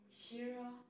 Shira